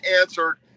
answered